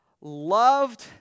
loved